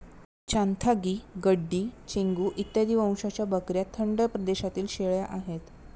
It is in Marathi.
चांथागी, गड्डी, चेंगू इत्यादी वंशाच्या बकऱ्या थंड प्रदेशातील शेळ्या आहेत